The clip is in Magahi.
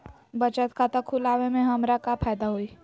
बचत खाता खुला वे में हमरा का फायदा हुई?